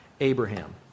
Abraham